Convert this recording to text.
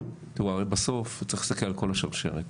הרי בסוף צריך להסתכל על כל השרשרת.